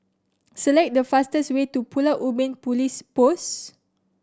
select the fastest way to Pulau Ubin Police Post